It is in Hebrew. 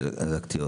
הדלקתיות.